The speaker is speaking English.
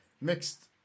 mixed